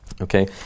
Okay